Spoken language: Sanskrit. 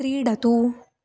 क्रीडतु